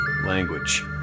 language